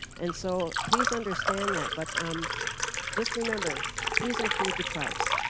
and so please understand that but um just remember please include the tribes.